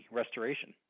restoration